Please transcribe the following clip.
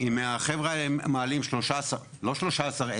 אם החבר'ה האלה מעלים לא 13,000,